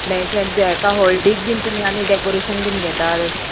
म्हटल्या अशें ताका हळदीक बीन तुमी आनीक डेकोरेशन बीन घेता अशें